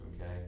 Okay